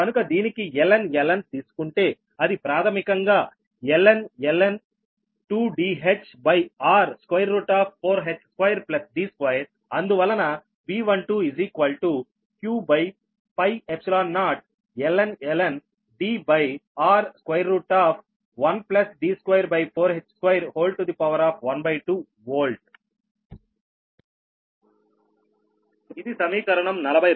కనుక దీనికి lnln తీసుకుంటే అది ప్రాథమికంగా ln 2Dhr4h2D2అందువలన V12 q0ln Dr1D24h212 వోల్ట్ ఇది సమీకరణం 42